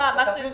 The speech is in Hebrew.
בעולם.